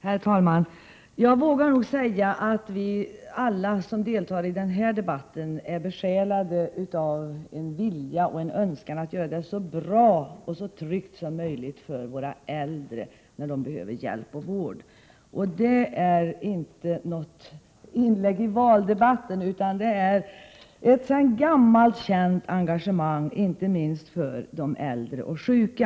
Herr talman! Jag vågar nog säga att vi alla som deltar i den här debatten är besjälade av en vilja och en önskan att göra det så bra och så tryggt som möjligt för våra äldre när de behöver hjälp och vård. Detta är inte något inlägg i valdebatten, utan vad vi här framför är ett sedan länge känt engagemang, inte minst för de äldre och sjuka.